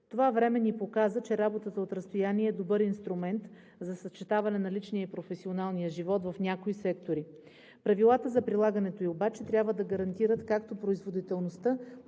Това време ни показа, че работата от разстояние е добър инструмент за съчетаване на личния и професионалния живот в някои сектори. Правилата за прилагането ѝ обаче трябва да гарантират както производителността,